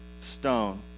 stone